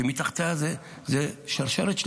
ומתחתיה זה שרשרת,